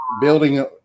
building